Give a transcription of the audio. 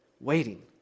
Waiting